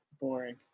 Boring